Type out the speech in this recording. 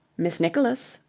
miss nicholas.